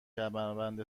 کمربند